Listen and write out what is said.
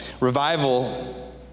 Revival